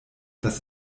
das